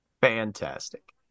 Fantastic